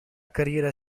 carriera